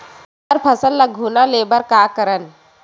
हमर फसल ल घुना ले बर का करन?